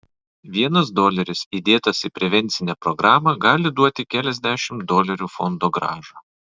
vienas doleris įdėtas į prevencinę programą gali duoti keliasdešimt dolerių fondogrąžą